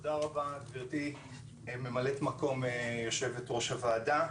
תודה רבה, גברתי מ"מ יו"ר הוועדה.